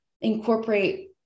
incorporate